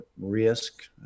risk